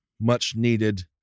much-needed